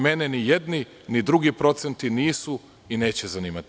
Mene ni jedni ni drugi procenti nisu i neće zanimati.